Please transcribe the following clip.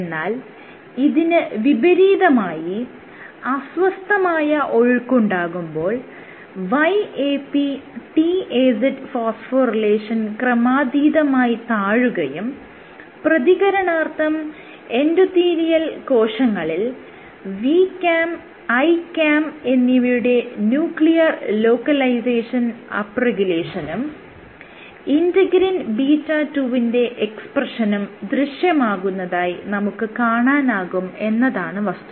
എന്നാൽ ഇതിന് വിപരീതമായി അസ്വസ്ഥമായ ഒഴുക്കുണ്ടാകുമ്പോൾ YAPTAZ ഫോസ്ഫോറിലേഷൻ ക്രമാധീതമായി താഴുകയും പ്രതികരണാർത്ഥം EC കോശങ്ങളിൽ VCAM ICAM എന്നിവയുടെ ന്യൂക്ലിയർ ലോക്കലൈസേഷൻ അപ്പ് റെഗുലേഷനും ഇന്റെഗ്രിൻ β2 വിന്റെ എക്സ്പ്രെഷനും ദൃശ്യമാകുന്നതായി നമുക്ക് കാണാനാകും എന്നതാണ് വസ്തുത